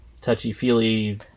touchy-feely